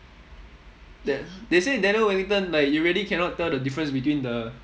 then they say daniel wellington like you really cannot tell the difference between the